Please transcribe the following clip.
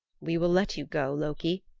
we will let you go, loki,